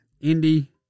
Indy